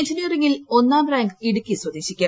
എഞ്ചിനീയറിംഗിൽ ഒന്നാം റാങ്ക് ഇടുക്കി സ്വദേശിക്ക്